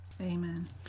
Amen